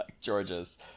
Georgia's